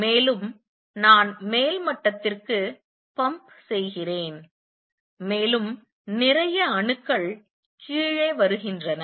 மேலும் நான் மேல் மட்டத்திற்கு பம்ப் செய்கிறேன் மேலும் நிறைய அணுக்கள் கீழே வருகின்றன